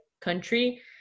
country